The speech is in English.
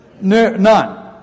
None